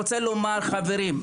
חברים,